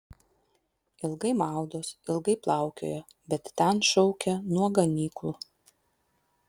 ilgai maudos ilgai plaukioja bet ten šaukia nuo ganyklų